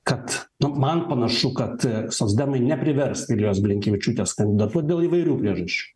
kad nu man panašu kad socdemai neprivers ir jos blinkevičiūtės kandidatuot dėl įvairių priežasčių